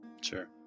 Sure